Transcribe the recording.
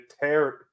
tear